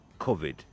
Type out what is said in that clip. COVID